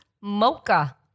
Mocha